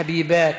האהובות.